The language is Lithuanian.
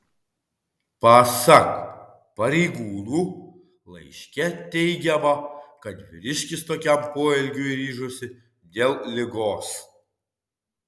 pasak pareigūnų laiške teigiama kad vyriškis tokiam poelgiui ryžosi dėl ligos